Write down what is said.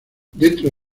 dentro